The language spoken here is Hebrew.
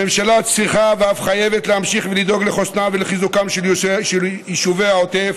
הממשלה צריכה ואף חייבת להמשיך ולדאוג לחוסנם ולחיזוקם של יישובי העוטף,